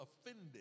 offended